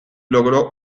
logró